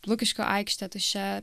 lukiškių aikštė tuščia